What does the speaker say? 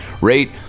Rate